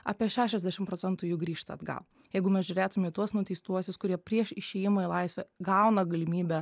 apie šešiasdešim procentų jų grįžta atgal jeigu mes žiūrėtume į tuos nuteistuosius kurie prieš išėjimą į laisvę gauna galimybę